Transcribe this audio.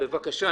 בבקשה,